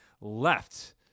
left